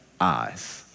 eyes